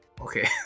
okay